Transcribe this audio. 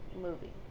movie